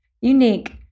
unique